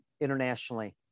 internationally